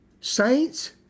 saints